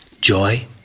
joy